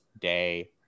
day